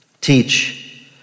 Teach